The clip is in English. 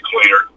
cleaner